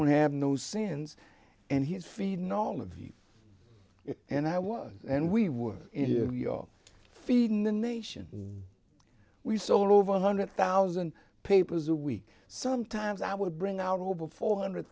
don't have no sins and his feet know all of you and i was and we were in your feed in the nation we sold over a hundred thousand papers a week sometimes i would bring our over four hundred